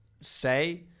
say